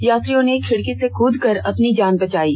यात्रियों ने खिड़की से कूदकर अपनी जान बचायी